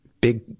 big